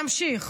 נמשיך,